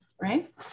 right